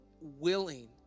willing